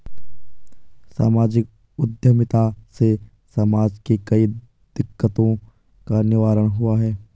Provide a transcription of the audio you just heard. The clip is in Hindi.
सामाजिक उद्यमिता से समाज के कई दिकक्तों का निवारण हुआ है